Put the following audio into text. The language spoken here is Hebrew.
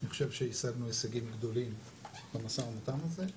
אני חושב שהשגנו הישגים גדולים במשא ומתן הזה.